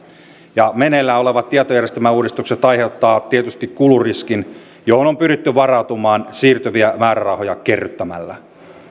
meneillään olevat tietojärjestelmäuudistukset aiheuttavat tietysti kuluriskin johon on pyritty varautumaan siirtyviä määrärahoja kerryttämällä